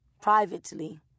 Privately